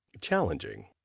challenging